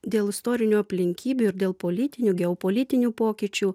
dėl istorinių aplinkybių ir dėl politinių geopolitinių pokyčių